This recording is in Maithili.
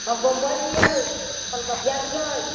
बम्बइ दियै कलकतिया दियै